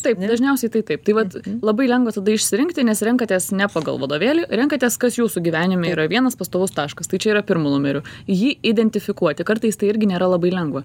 taip dažniausiai tai taip tai vat labai lengva tada išsirinkti nes renkatės ne pagal vadovėlį renkatės kas jūsų gyvenime yra vienas pastovus taškas tai čia yra pirmu numeriu jį identifikuoti kartais tai irgi nėra labai lengva